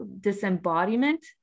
disembodiment